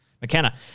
McKenna